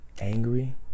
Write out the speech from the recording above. angry